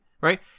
right